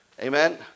Amen